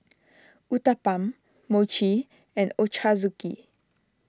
Uthapam Mochi and Ochazuke